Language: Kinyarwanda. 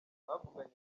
bavuganye